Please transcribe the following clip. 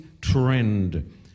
trend